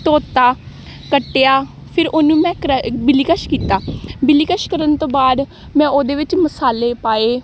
ਧੋਤਾ ਕੱਟਿਆ ਫਿਰ ਉਹਨੂੰ ਮੈਂ ਕਰ ਬਿਲੀਕਸ਼ ਕੀਤਾ ਬਿਲੀਕਸ਼ ਕਰਨ ਤੋਂ ਬਾਅਦ ਮੈਂ ਉਹਦੇ ਵਿੱਚ ਮਸਾਲੇ ਪਾਏ